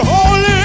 Holy